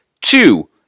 Two